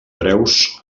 breus